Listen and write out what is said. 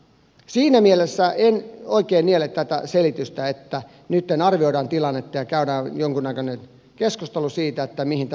siinä mielessä en oikein niele tätä selitystä että nytten arvioidaan tilannetta ja käydään jonkunnäköinen keskustelu siitä mihin tämä johtaa